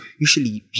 usually